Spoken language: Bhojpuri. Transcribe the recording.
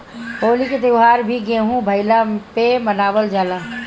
होली के त्यौहार भी गेंहू भईला पे मनावल जाला